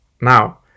Now